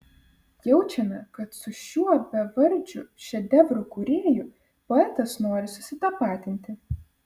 jaučiame kad su šiuo bevardžiu šedevrų kūrėju poetas nori susitapatinti